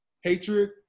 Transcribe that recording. hatred